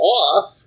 off